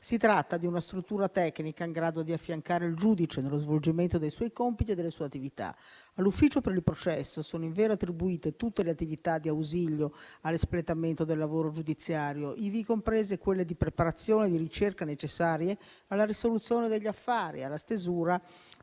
Si tratta di una struttura tecnica in grado di affiancare il giudice nello svolgimento dei suoi compiti e delle sue attività. All'ufficio per il processo sono invero attribuite tutte le attività di ausilio all'espletamento del lavoro giudiziario, ivi comprese quelle di preparazione e di ricerca necessarie alla risoluzione degli affari e alla stesura